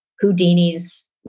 Houdini's